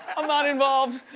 i'm not involved.